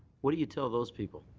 what do you tell those people?